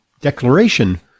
Declaration